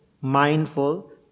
mindful